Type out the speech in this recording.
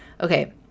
Okay